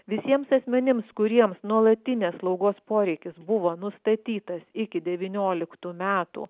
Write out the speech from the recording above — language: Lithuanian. visiems asmenims kuriems nuolatinės slaugos poreikis buvo nustatytas iki devynioliktų metų